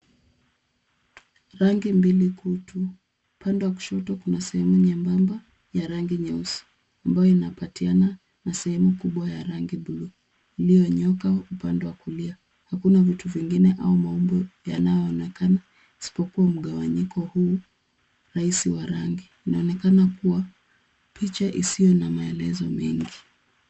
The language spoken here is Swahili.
Rangi mbili kuu tu. Upande wa kushoto kuna sehemu nyembamba ya rangi nyeusi, ambayo inapatiana na sehemu kubwa ya rangi bluu iliyonyooka upande wa kulia. Hakuna vitu vingine au maumbo yanayoonekana isipokuwa mugawanyiko huu rahisi wa rangi. Inaonekana kuwa picha isiyo na maelezo mengi.